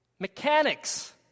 Mechanics